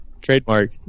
Trademark